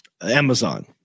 Amazon